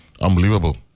unbelievable